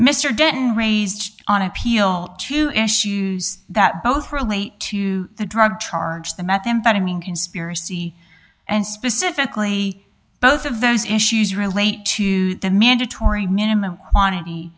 dunn raised on appeal to issues that both relate to the drug charge the methamphetamine conspiracy and specifically both of those issues relate to the mandatory minimum quantity